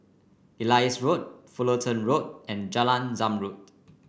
Elias Road Fullerton Road and Jalan Zamrud